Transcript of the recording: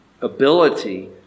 ability